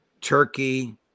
Turkey